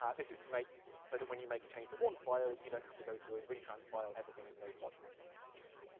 um this is to make it so that when you make a change to one file, you don't have to go through and retranspile everything in node modules, essentially.